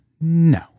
No